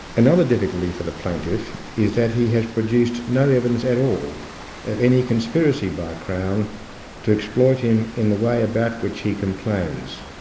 another difficulty for the plaintiff is that he has produced no evidence at all of any conspiracy by crown to exploit him in the way about which he complains.